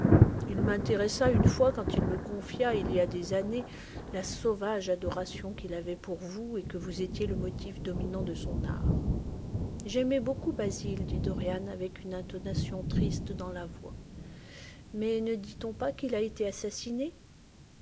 il m'intéressa une fois quand il me confia il y a des années la sauvage adoration qu'il avait pour vous et que vous étiez le motif dominant de son art j'aimais beaucoup basil dit dorian avec une intonation triste dans la voix mais ne dit-on pas qu'il a été assassiné